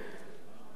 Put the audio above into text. ביצועים,